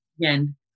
again